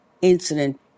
incident